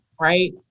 right